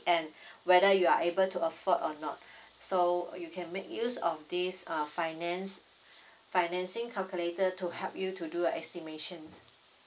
and whether you are able to afford or not so you can make use of this err finance financing calculator to help you to do a estimations